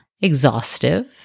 exhaustive